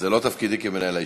זה לא תפקידי כמנהל הישיבה.